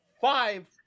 five